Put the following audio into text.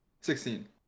Sixteen